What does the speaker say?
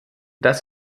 dass